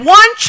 one